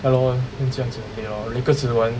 ya lor then 这样子累了 lakers 只玩